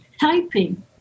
Typing